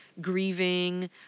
grieving